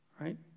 right